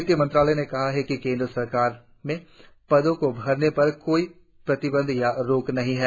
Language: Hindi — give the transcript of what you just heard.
वित्त मंत्रालय ने कहा है कि केंद्र सरकार में पदों को भरने पर कोई प्रतिबंध या रोक नहीं है